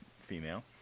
female